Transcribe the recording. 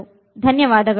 ನಿಮ್ಮ ಗಮನಕ್ಕೆ ಧನ್ಯವಾದಗಳು